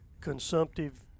consumptive